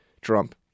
Trump